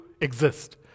exist